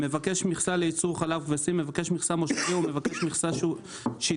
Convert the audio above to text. "מבקש מכסה לייצור חלב כבשים" מבקש מכסה מושבי או מבקש מכסה שיתופי,